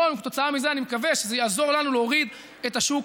בהתאם לשיטת השיווק החדשה,